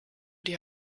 die